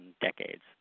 decades